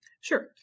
Sure